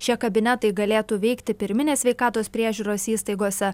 šie kabinetai galėtų veikti pirminės sveikatos priežiūros įstaigose